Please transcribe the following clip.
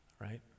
right